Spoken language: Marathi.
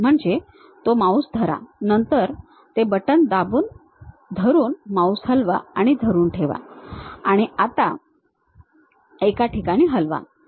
म्हणजे तो माउस धरा नंतर तो बटण दाबून धरून माउस हलवा आणि धरून ठेवा आणि आता एका ठिकाणी हलवा